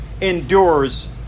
endures